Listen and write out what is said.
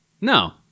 No